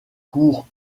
cours